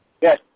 Yes